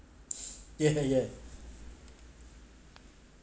yeah yeah yeah